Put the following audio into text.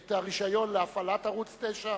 את הרשיון להפעלת ערוץ-9,